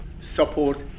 support